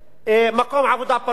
מקום עבודה פנוי.